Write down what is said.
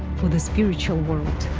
the spiritual world.